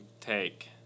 take